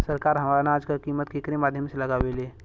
सरकार अनाज क कीमत केकरे माध्यम से लगावे ले?